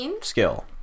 skill